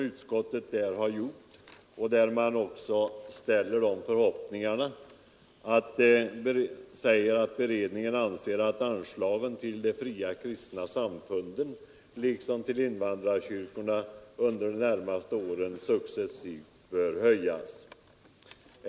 Utskottet säger också att ”beredningen anser att anslagen till de fria kristna samfunden liksom till invandrarkyrkorna under de närmaste åren successivt bör höjas”.